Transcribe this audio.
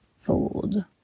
fold